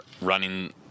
running